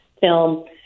film